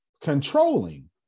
controlling